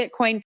Bitcoin